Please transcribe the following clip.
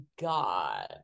god